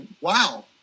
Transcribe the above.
wow